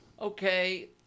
Okay